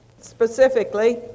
specifically